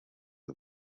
ubu